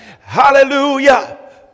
Hallelujah